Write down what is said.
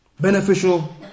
Beneficial